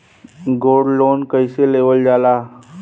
Gold loan कईसे लेवल जा ला?